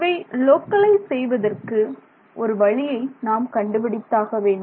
இவை லோக்கலைஸ் செய்வதற்கு ஒரு வழியை நாம் கண்டுபிடித்தாக வேண்டும்